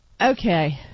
Okay